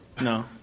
no